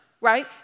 right